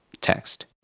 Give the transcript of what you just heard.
text